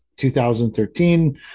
2013